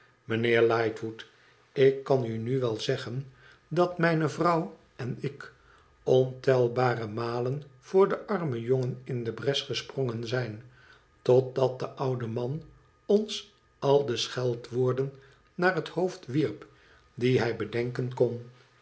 mijnheer lightwood ik kan u nu wel zeggen dat mijne vrouw en ik ontelbare maden voor den armen jongen in de bres gesprongen zijn totdat de oude man ons al de scheldwoorden naar het hoofd wierp die hij bedenken kon